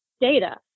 data